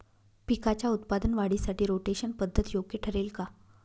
पिकाच्या उत्पादन वाढीसाठी रोटेशन पद्धत योग्य ठरेल का?